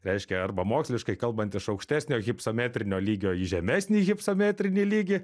reiškia arba moksliškai kalbant iš aukštesnio hipsometrinio lygio į žemesnį hipsometrinį lygį